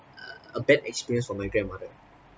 err a bad experience for my grandmother